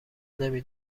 نمی